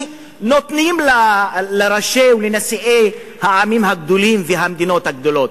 שנותנים לראשי ולנשיאי העמים הגדולים והמדינות הגדולות.